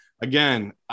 again